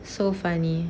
so funny